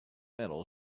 metal